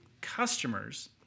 customers